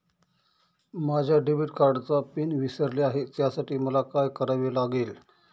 माझ्या डेबिट कार्डचा पिन विसरले आहे त्यासाठी मला काय करावे लागेल?